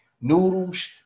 noodles